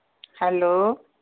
hello